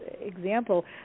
example